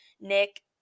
nick